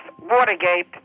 Watergate